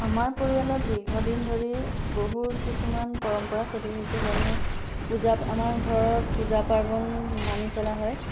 আমাৰ পৰিয়ালত দীৰ্ঘদিন ধৰি বহুত কিছুমান পৰম্পৰা চলি আহিছে যেনে পূজা আমাৰ ঘৰত পূজা পাৰ্বণ মানি চলা হয়